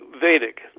vedic